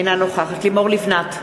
אינה נוכחת לימור לבנת,